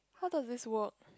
how does this work